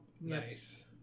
Nice